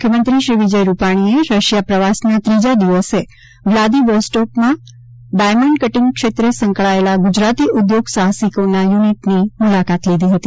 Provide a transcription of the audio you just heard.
મુખ્યમંત્રી શ્રી વિજયભાઇ રૂપાલીએ રશિયા પ્રવાસના ત્રીજા દિવસે વ્લાદીવોસ્ટોકમાં ડાયમન્ડ કટીગ ક્ષેત્રે સંકળાયેલા ગુજરાતી ઊદ્યોગ સાહસિકોના યુનિટસની મૂલાકાત લીધી હતી